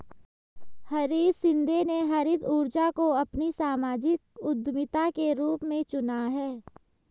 हरीश शिंदे ने हरित ऊर्जा को अपनी सामाजिक उद्यमिता के रूप में चुना है